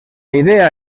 idea